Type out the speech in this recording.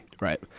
right